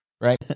Right